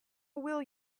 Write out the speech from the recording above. will